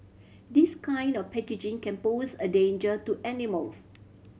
this kind of packaging can pose a danger to animals